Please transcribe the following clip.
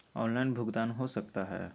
Online भुगतान हो सकता है?